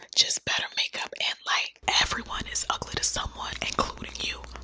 just better makeup and light. everyone is ugly to someone, including you,